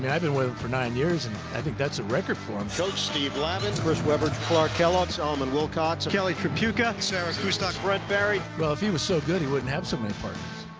and i've been with him for nine years and i think that's a record for him. coach so steve lavin. chris webber. clark kellogg. solomon wilcots. kelly tripucka. sarah kustok. brent barry. well, if he was so good, he wouldn't have so many partners.